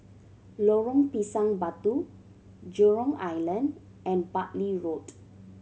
Lorong Pisang Batu Jurong Island and Bartley Road